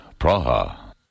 Praha